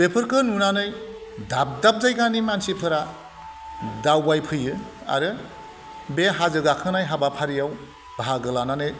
बेफोरखो नुनानै दाब दाब जायगानि मानसिफोरा दावबाय फैयो आरो बे हाजो गाखोनाय हाबाफारियाव बाहागो लानानै